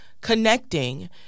connecting